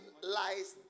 lies